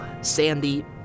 Sandy